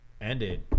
ended